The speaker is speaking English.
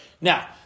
Now